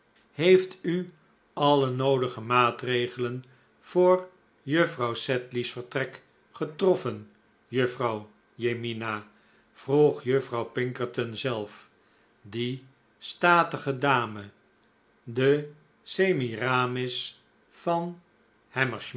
heeft u alle noodige maatregelen voor juffrouw sedley's vertrek getroffen juffrouw jemima vroeg juffrouw pinkerton zelf die statige dame de semiramis van